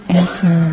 answer